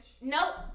Nope